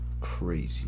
Crazy